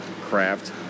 craft